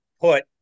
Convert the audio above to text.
put